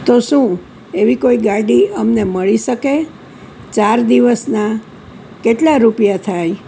તો શું એવી કોઈ ગાડી અમને મળી શકે ચાર દિવસના કેટલા રૂપિયા થાય